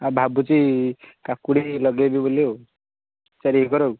ଆଉ ଭାବୁଛି କାକୁଡ଼ି ଲଗେଇବି ବୋଲି ଆଉ ଚାରି ଏକର ଆଉ